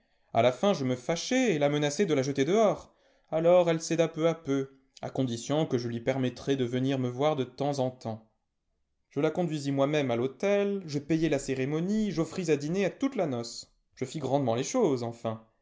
a la fin je me fâchai et la menaçai de la jeter dehors alors elle céda peu à peu à condition que je lui permettrais de venir me voir de temps en temps je la conduisis moi-même à l'autel je payai la cérémonie j'offris à dîner à toute la noce je fis grandement les choses enfin